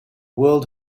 world